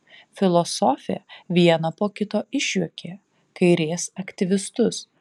filosofė vieną po kito išjuokė kairės aktyvistus